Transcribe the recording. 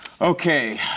Okay